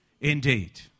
indeed